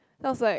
sounds like